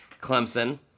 Clemson